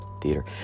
theater